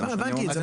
הבנתי את זה.